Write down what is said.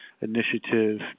initiative